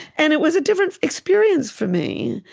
and it was a different experience, for me,